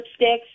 lipsticks